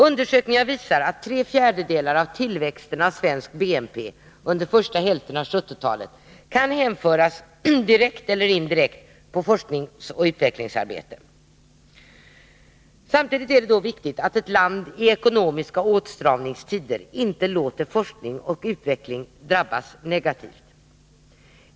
Undersökningar visar att tre fjärdedelar av tillväxten av svensk BNP under första hälften av 1970-talet kan hänföras direkt eller indirekt till forskningsoch utvecklingsarbete. Samtidigt är det viktigt att ett land i ekonomiska åtstramningstider inte låter forskning och utveckling drabbas negativt.